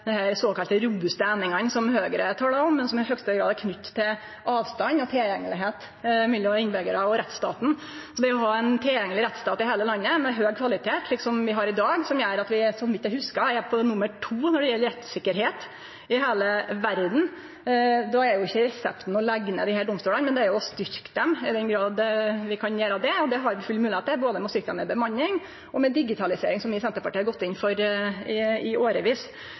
såkalla robuste endringane som Høgre talar om, men som i høgste grad er knytt til avstand og tilgjengelegheit mellom innbyggjarane og rettsstaten. Det å ha ein tilgjengeleg rettsstat i heile landet, med høg kvalitet, slik som vi har i dag, gjer at vi – så vidt eg hugsar – er nummer to når det gjeld rettssikkerheit i heile verda. Då er ikkje resepten å leggje ned desse domstolane, men å styrkje dei i den grad vi kan gjere det. Det har vi full moglegheit til, både med å styrkje dei i bemanning og med digitalisering, som vi i Senterpartiet har gått inn for i årevis,